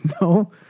No